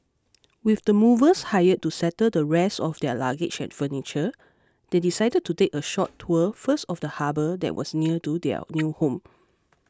with the movers hired to settle the rest of their luggage and furniture they decided to take a short tour first of the harbour that was near to their new home